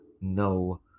no